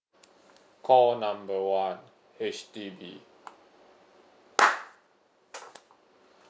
call number one H_D_B